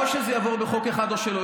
או שזה יעבור בחוק אחד או שלא.